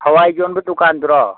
ꯍꯋꯥꯏ ꯌꯣꯟꯕ ꯗꯨꯀꯥꯟꯗꯨꯔꯣ